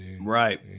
Right